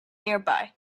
nearby